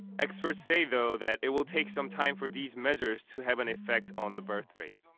experts say, though, that it'll take some time for these measures to have an effect on the birth rate.